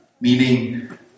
Meaning